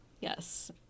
yes